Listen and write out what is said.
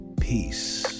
Peace